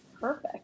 Perfect